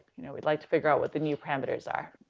you know we'd like to figure out what the new parameters are.